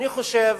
אני חושב